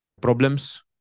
problems